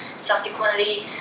subsequently